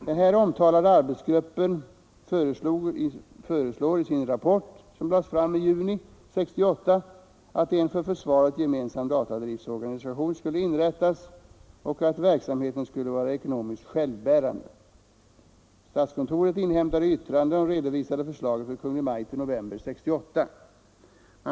Den här omtalade arbetsgruppen föreslog i sin rapport som lades fram i juni 1968 att en för försvaret gemensam datadriftorganisation skulle inrättas och att verksamheten skulle vara ekonomiskt självbärande. Statskontoret inhämtade yttranden och redovisade förslaget för Kungl. Maj:t i november 1968.